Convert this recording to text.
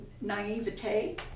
naivete